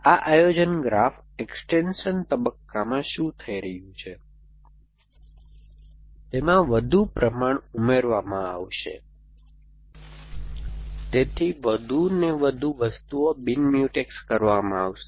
તેથી આ આયોજન ગ્રાફ એક્સ્ટેંશન તબક્કામાં શું થઈ રહ્યું છે કે તેમાં વધુ પ્રમાણ ઉમેરવામાં આવશે તેથી વધુ અને વધુ વસ્તુઓ બિન મ્યુટેક્સ કરવામાં આવશે